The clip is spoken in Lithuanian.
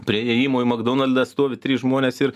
prie įėjimo į makdonaldą stovi trys žmonės ir